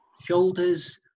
Shoulders